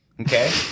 Okay